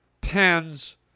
pens